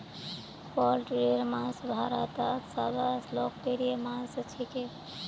पोल्ट्रीर मांस भारतत सबस लोकप्रिय मांस छिके